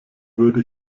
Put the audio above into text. würde